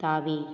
தாவி